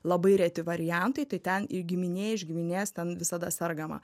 labai reti variantai tai ten į giminė iš giminės ten visada sergama